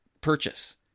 purchase